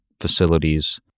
facilities